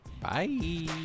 Bye